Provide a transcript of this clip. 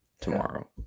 tomorrow